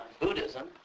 Buddhism